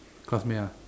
classmate ah